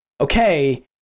Okay